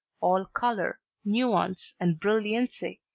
all color, nuance, and brilliancy,